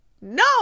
no